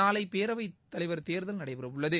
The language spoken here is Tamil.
நாளை பேரவைத் தலைவர் தேர்தல் நடைபெறவுள்ளது